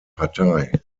partei